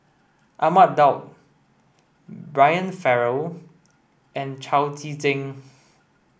Ahmad Daud Brian Farrell and Chao Tzee Cheng